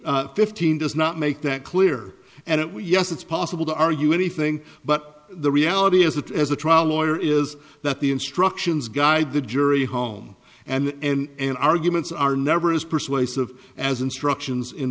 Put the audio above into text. fifteen does not make that clear and it will yes it's possible to argue anything but the reality is that as a trial lawyer is that the instructions guide the jury home and and arguments are never as persuasive as instructions in